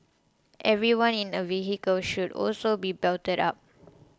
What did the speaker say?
everyone in a vehicle should also be belted up